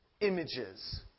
images